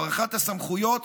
הארכת הסמכויות,